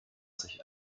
sich